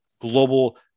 global